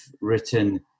written